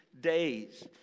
days